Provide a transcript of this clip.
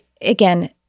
again